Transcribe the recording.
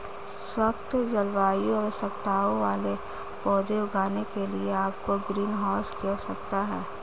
सख्त जलवायु आवश्यकताओं वाले पौधे उगाने के लिए आपको ग्रीनहाउस की आवश्यकता है